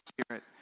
Spirit